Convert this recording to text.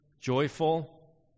joyful